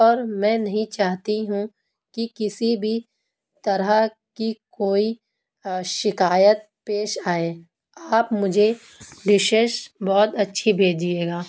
اور میں نہیں چاہتی ہوں کہ کسی بھی طرح کی کوئی شکایت پیش آئے آپ مجھے ڈشیز بہت اچھی بھیجیے گا